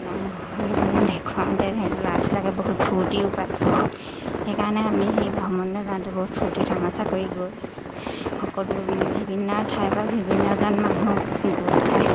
ৰং সেইবোৰ দেখুৱাওঁতে তেহেঁতক ল'ৰা ছোৱালীবিলাকৰ বহুত ফূৰ্তিও পায় সেইকাৰণে আমি সেই ভ্ৰমণলৈ যাওঁতে বহুত ফূৰ্তি তামাচা কৰি গৈ সকলো বিভিন্ন ঠাইৰপৰা বিভিন্নজন মানুহ গোট খায়